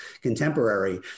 contemporary